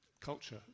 culture